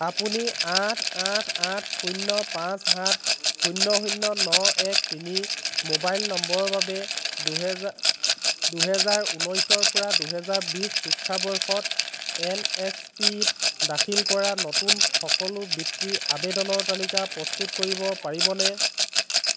আপুনি আঠ আঠ আঠ শূন্য পাঁচ সাত শূন্য শূন্য ন এক তিনি মোবাইল নম্বৰৰ বাবে দুহেজাৰ ঊনৈছৰ পৰা দুহেজাৰ বিছ শিক্ষাবৰ্ষত এনএছপিত দাখিল কৰা নতুন সকলো বৃত্তিৰ আবেদনৰ তালিকা প্ৰস্তুত কৰিব পাৰিবনে